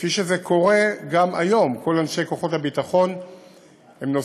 כפי שזה קורה גם היום: כל אנשי כוחות הביטחון נוסעים